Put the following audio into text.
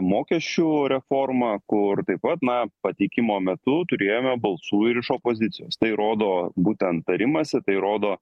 mokesčių reforma kur taip pat na pateikimo metu turėjome balsų ir iš opozicijos tai rodo būtent tarimąsi tai rodo